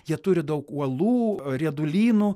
jie turi daug uolų riedulynų